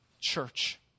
church